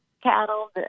cattle